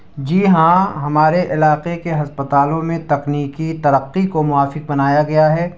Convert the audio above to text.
جی ہاں ہمارے علاقے کے ہسپتالوں میں تکنیکی ترقی کو موافق بنایا گیا ہے